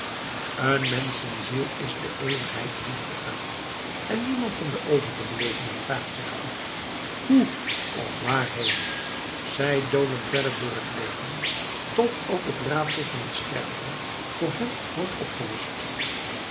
een menschenziel is de eeuwigheid ingegaan en niemand van de overgeblevenen vraagt zich af hoe of waarheen zij dolen verder door het leven tot ook het raadsel van t sterven voor hen wordt opgelost